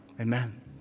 Amen